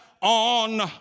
on